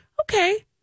okay